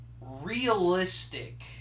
realistic